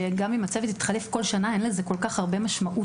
שגם אם הצוות יתחלף כל שנה אין לזה כל כך הרבה משמעות.